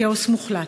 כאוס מוחלט.